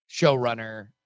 showrunner